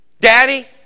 Daddy